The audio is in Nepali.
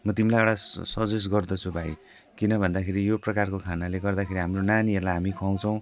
म तिमीलाई एउटा सजेस गर्दछु भाइ किन भन्दाखेरि यो प्रकारको खानाले गर्दाखेरि हाम्रो नानीहरूलाई हामी खुवाउँछौँ